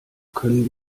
können